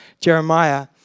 Jeremiah